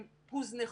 הם הוזנחו.